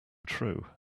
true